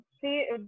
see